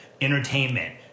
entertainment